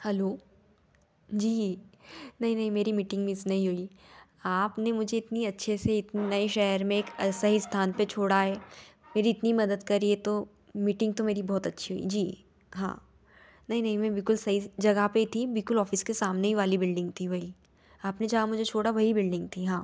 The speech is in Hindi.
हेलो जी नहीं नहीं मेरी मीटिंग मिस नहीं हुई आपने मुझे इतने अच्छे से नए शहर में एक सही स्थान पर छोड़ा है मेरी इतनी मदद करी है तो मीटिंग तो मेरी बहुत अच्छी हुई जी हाँ नहीं नहीं मैं बिल्कुल सही जगह पर थी बिल्कुल ऑफिस के सामने ही वाली बिल्डिंग थी वही आपने जहाँ मुझे छोड़ा वही बिल्डिंग थी हाँ